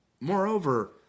moreover